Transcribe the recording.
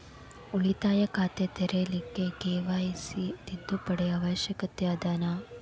ಉಳಿತಾಯ ಖಾತೆ ತೆರಿಲಿಕ್ಕೆ ಕೆ.ವೈ.ಸಿ ತಿದ್ದುಪಡಿ ಅವಶ್ಯ ಅದನಾ?